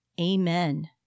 Amen